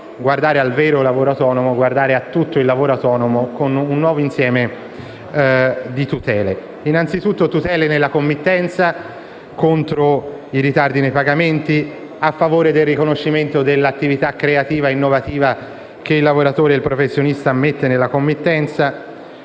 guardare al vero lavoro autonomo e a tutto il lavoro autonomo con un nuovo insieme di tutele. Si parla innanzitutto di tutele dalla committenza, contro i ritardi nei pagamenti, a favore del riconoscimento dell'attività creativa e innovativa che il lavoratore e il professionista mette nella committenza,